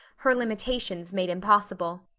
her limitations made impossible.